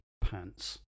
pants